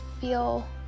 feel